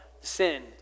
sin